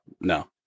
No